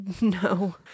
No